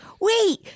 Wait